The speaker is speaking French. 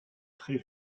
très